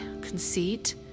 conceit